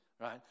right